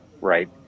right